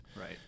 Right